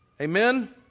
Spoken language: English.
Amen